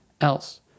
else